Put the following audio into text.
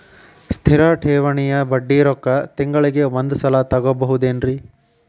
ಸ್ಥಿರ ಠೇವಣಿಯ ಬಡ್ಡಿ ರೊಕ್ಕ ತಿಂಗಳಿಗೆ ಒಂದು ಸಲ ತಗೊಬಹುದೆನ್ರಿ?